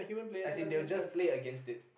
as in they will just play against it